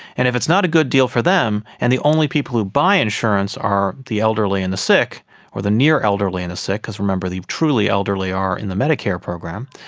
and if it's not a good deal for them and the only people who buy insurance are the elderly and the sick or the near elderly and the sick, because remember the truly elderly are in the medicare program,